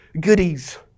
goodies